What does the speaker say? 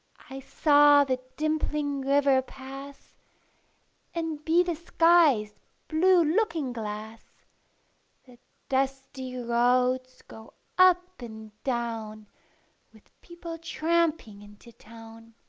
i saw the dimpling river pass and be the sky's blue looking-glass the dusty roads go up and down with people tramping in to town.